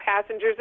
passengers